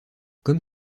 comme